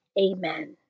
Amen